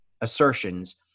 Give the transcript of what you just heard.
assertions